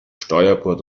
steuerbord